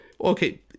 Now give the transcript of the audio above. Okay